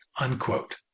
unquote